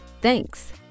Thanks